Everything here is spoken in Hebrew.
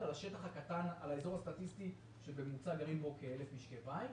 על האזור הסטטיסטי שבממוצע גרים פה כ-1,000 משקי בית.